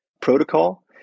protocol